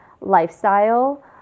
lifestyle